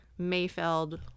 Mayfeld